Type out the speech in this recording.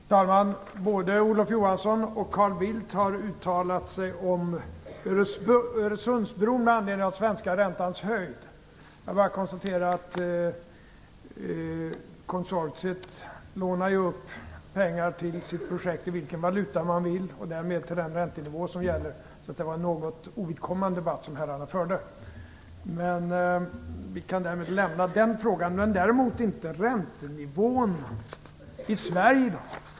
Herr talman! Både Olof Johansson och Carl Bildt har uttalat sig om Öresundsbron med anledning av den svenska räntans höjning. Jag bara konstaterar att konsortiet lånar upp pengar till sitt projekt i vilken valuta det vill, och därmed till den räntenivå som gäller. Det var en något ovidkommande debatt som herrarna förde. Vi kan därmed lämna den frågan, men däremot inte räntenivåerna i Sverige.